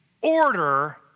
order